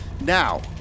Now